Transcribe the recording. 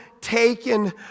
taken